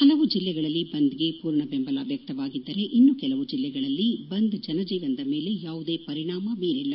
ಹಲವು ಜಿಲ್ಲೆಗಳಲ್ಲಿ ಬಂದ್ಗೆ ಪೂರ್ಣ ಬೆಂಬಲ ವ್ವಕ್ತವಾಗಿದ್ದರೆ ಇನ್ನು ಕೆಲವು ಜಿಲ್ಲೆಗಳಲ್ಲಿ ಬಂದ್ ಜನಜೀವನದ ಮೇಲೆ ಯಾವುದೇ ಪರಿಣಾಮ ಬೀರಿಲ್ಲ